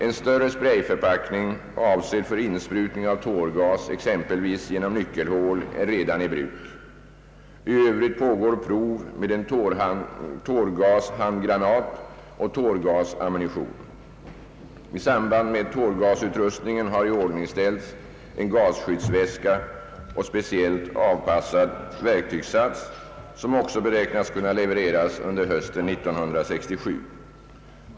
En större sprayförpackning avsedd för insprutning av tårgas exempelvis genom nyckelhål är redan i bruk. I övrigt pågår prov med en tårgashandgranat och tårgasammunition. I samband med tårgasutrustningen har iordningställts en gasskyddsväska och en speciellt avpassad verktygssats som också beräknas kunna levereras under hösten 1967.